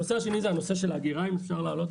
הנושא השני הוא הנושא של אגירה.